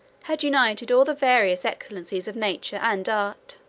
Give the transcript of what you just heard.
had united all the various excellences of nature and art.